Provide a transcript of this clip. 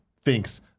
thinks